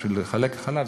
בשביל לחלק חלב,